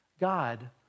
God